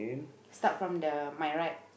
start from the my right